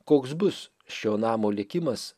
koks bus šio namo likimas